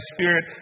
Spirit